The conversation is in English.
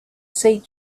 saint